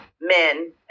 men